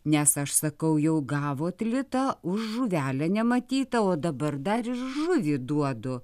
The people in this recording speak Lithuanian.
nes aš sakau jau gavot litą už žuvelę nematyta o dabar dar žuvį duodu